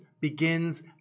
begins